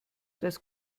das